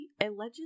allegedly